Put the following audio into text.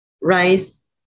rice